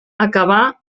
acabà